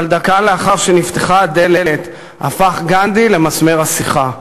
אבל דקה לאחר שנפתחה הדלת הפך גנדי למסמר השיחה.